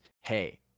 hey